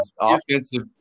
offensive –